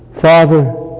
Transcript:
Father